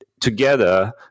together